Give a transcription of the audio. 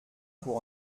pour